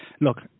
look